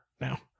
now